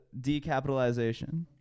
decapitalization